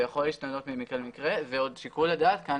זה יכול להשתנות ממקרה למקרה ועוד שיקול הדעת כאן